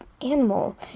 animal